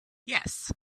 yes